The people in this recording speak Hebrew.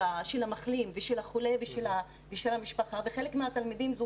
המחלים ושל החולה ושל המשפחה ולחלק מהתלמידים זו